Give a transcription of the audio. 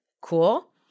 Cool